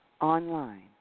online